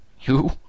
You